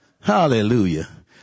Hallelujah